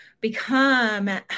become